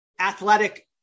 athletic